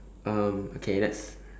um okay let's